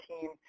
team